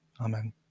Amen